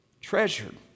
treasured